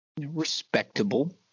Respectable